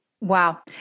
Wow